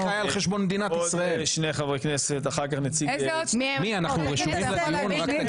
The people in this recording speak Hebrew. אני חושב שהחוק הזה יבהיר את העניין,